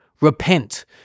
Repent